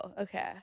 okay